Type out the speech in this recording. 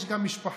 יש גם משפחה,